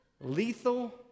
Lethal